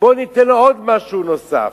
ניתן לו משהו נוסף,